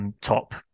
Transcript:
top